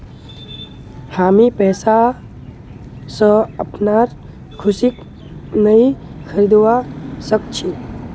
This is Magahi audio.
हामी पैसा स अपनार खुशीक नइ खरीदवा सख छि